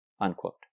Unquote